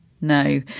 no